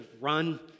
run